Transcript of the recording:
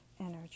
energy